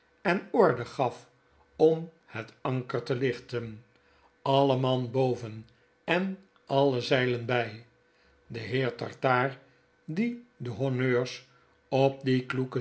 en orde gaf om het anker te lichten alle man boven en alle zeilen bii de heer tartaar die de honneurs op